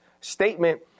statement